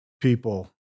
people